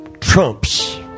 trumps